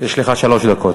יש לך שלוש דקות.